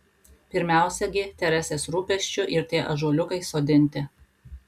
pirmiausia gi teresės rūpesčiu ir tie ąžuoliukai sodinti